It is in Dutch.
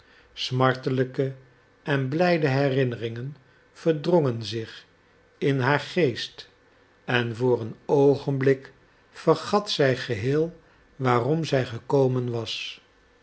smartelijke en blijde herinneringen verdrongen zich in haar geest en voor een oogenblik vergat zij geheel waarom zij gekomen was